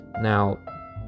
Now